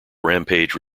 rampage